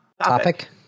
Topic